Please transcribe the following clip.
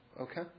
Okay